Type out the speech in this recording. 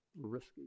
risky